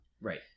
Right